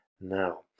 Now